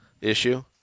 issue